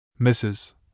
Mrs